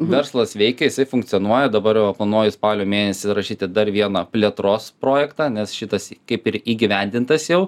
verslas veikia jisai funkcionuoja dabar va planuoju spalio mėnesį rašyti dar vieną plėtros projektą nes šitas kaip ir įgyvendintas jau